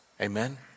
Amen